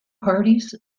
parties